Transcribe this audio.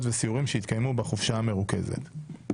וסיורים שיתקיימו בחופשה המרוכזת.